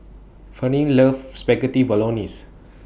Ferne loves Spaghetti Bolognese